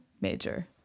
major